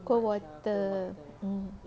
cold water mm